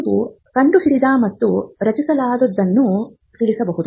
ನೀವು ಕಂಡುಹಿಡಿದ ಮತ್ತು ರಕ್ಷಿಸಲಾಗಿರುವದನ್ನು ತಿಳಿಸಬಹುದು